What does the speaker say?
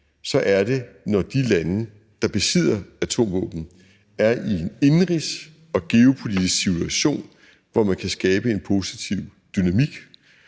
os, er, når de lande, der besidder atomvåben, er i en indenrigs- og geopolitisk situation, hvor man kan skabe en positiv dynamik,